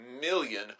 million